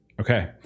Okay